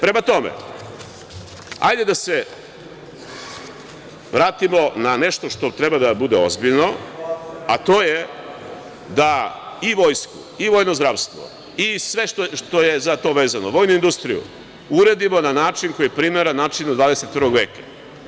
Prema tome, hajde da se vratimo na nešto što treba da bude ozbiljno, a to je da i Vojsku, i vojno zdravstvo, i sve što je za to vezano, vojnu industriju, uredimo na način koji je primeren način u 21. veku.